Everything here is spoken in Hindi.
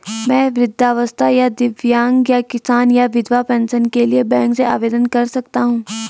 मैं वृद्धावस्था या दिव्यांग या किसान या विधवा पेंशन के लिए बैंक से आवेदन कर सकता हूँ?